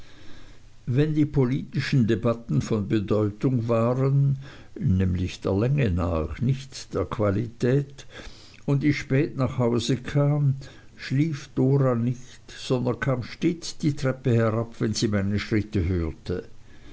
wenn die politischen debatten von bedeutung waren nämlich der länge nach nicht der qualität und ich spät nach hause kam schlief dora nicht sondern kam stets die treppe herab wenn sie meine schritte hörte